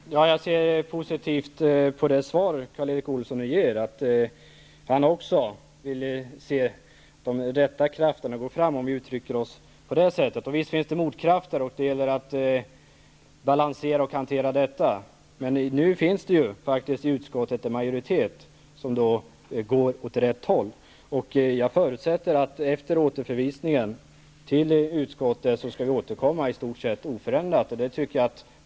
Fru talman! Jag ser positivt på det svar som Karl Erik Olsson gav, att också han vill se de rätta krafterna gå framåt, om jag uttrycker det så. Visst finns det motkrafter, men det gäller att balansera och hantera dessa. Nu finns det ju i utskottet en majoritet som går åt rätt håll. Jag förutsätter att vi efter återförvisningen till utskottet skall återkomma med en i stort sett oförändrad majoritet.